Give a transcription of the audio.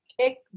kick